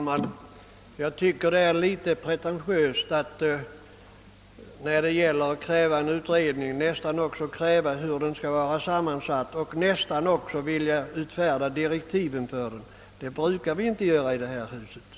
Herr talman! Det verkar litet pretentiöst att när man kräver en utredning också nästan vilja bestämma hur den skall vara sammansatt och utfärda direktiven för den. Så brukar vi inte göra här i riksdagen.